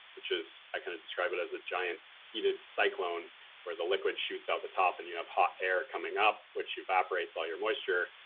which is, i kind of describe it as a giant heated cyclone where the liquid shoots out the top and you have hot air coming up, which evaporates all your moisture,